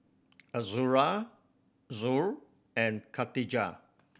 Azura Zul and Katijah